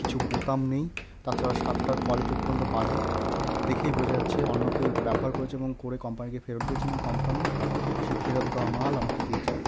কিছু বোতাম নেই তাছাড়া শার্টটার কোয়ালিটি অত্যন্ত বাজে দেখেই বোঝা যাচ্ছে অন্য কেউ এটা ব্যবহার করেছে এবং করে কোম্পানিকে ফেরত দিয়েছে এবং কোম্পানি সেই ফেরত দেওয়া মাল আমাকে দিয়েছে